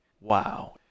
wow